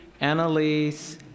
Annalise